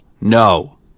no